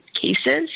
cases